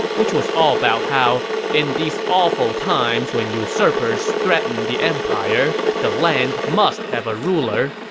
which was all about how in these awful times when usurpers threaten the empire, the land must have a ruler,